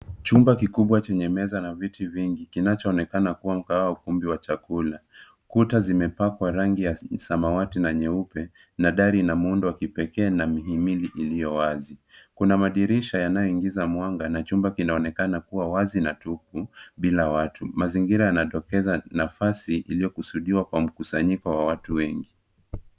Chumba kikubwa chenye meza na viti vingi kinachoonekana kuwa mkahawa wa ukumbi wa chakula. Kuta zimepakwa rangi ya samawati na nyeupe na dari ina muundo wa kipekee na miimili iliyowazi. Kuna madirisha yanayoingiza mwanga na chumba kinaonekana kuwa wazi na tupu bila watu. Mazingira yanatokeza nafasi iliyokusudiwa kwa mkusanyiko wa watu wengi.